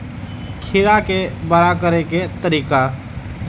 खीरा के बड़ा करे के तरीका?